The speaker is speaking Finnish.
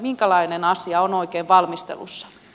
minkälainen asia on oikein valmistelussa